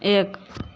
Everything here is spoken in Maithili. एक